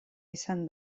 izan